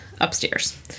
upstairs